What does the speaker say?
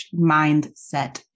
mindset